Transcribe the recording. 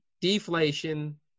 deflation